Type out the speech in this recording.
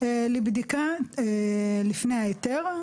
לבדיקה לפני ההיתר,